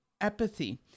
apathy